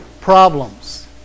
problems